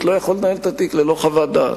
לא יכול לנהל את התיק ללא חוות דעת.